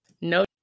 No